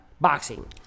boxing